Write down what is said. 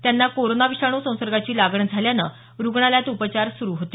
त्यांना कोरोना विषाणू संसर्गाची लागण झाल्यानं रुग्णालयात उपचार सुरु होते